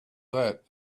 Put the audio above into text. that